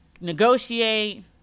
negotiate